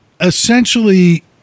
essentially